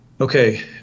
Okay